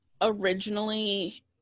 Originally